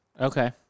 Okay